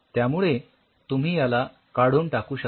यामुळे तुम्ही याला काढून टाकू शकता